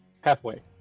Halfway